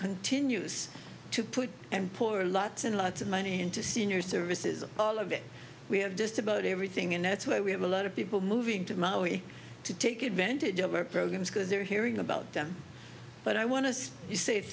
continues to put and poor lots and lots of money into senior services and all of that we have just about everything and that's why we have a lot of people moving to maui to take advantage of our programs because they're hearing about them but i want to say